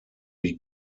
die